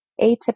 atypical